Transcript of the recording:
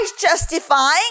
justifying